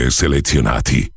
selezionati